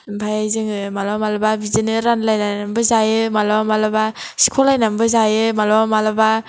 ओमफ्राय जोङो मालाबा मालाबा बिदिनो रानलायलायनानैबो जायो मालाबा मालाबा सिखलायनानैबो जायो मालाबा मालाबा